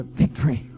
victory